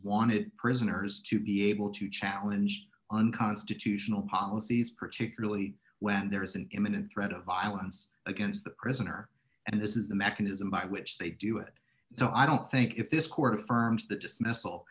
wanted prisoners to be able to challenge unconstitutional policies particularly when there is an imminent threat of violence against the prisoner and this is the mechanism by which they do it so i don't think if this court affirms that dismiss